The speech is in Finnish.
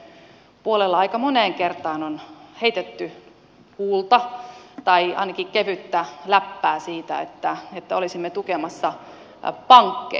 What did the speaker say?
täällä perussuomalaisten puolella aika moneen kertaan on heitetty huulta tai ainakin kevyttä läppää siitä että olisimme tukemassa pankkeja